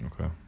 Okay